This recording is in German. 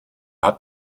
hat